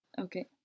okay